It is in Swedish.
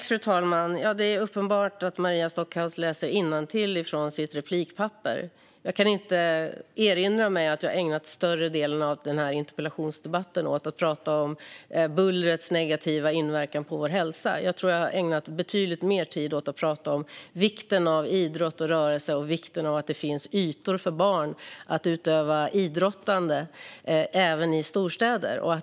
Fru talman! Det är uppenbart att Maria Stockhaus läser innantill från sitt replikpapper. Jag kan inte erinra mig att jag har ägnat större delen av den här interpellationsdebatten åt att prata om bullrets negativa inverkan på vår hälsa. Jag har ägnat betydligt mer tid åt att prata om vikten av idrott och rörelse och att det finns ytor för barn att utöva idrottande på, även i storstäder.